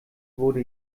wurde